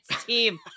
team